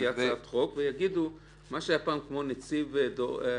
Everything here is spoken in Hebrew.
תהיה על גוף מתוקצב.